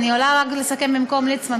אני עולה רק לסכם במקום ליצמן,